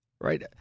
Right